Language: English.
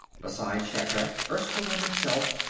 beside shatrak, erskyll and himself,